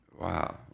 wow